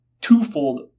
twofold